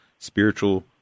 Spiritual